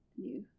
new